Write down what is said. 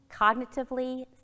cognitively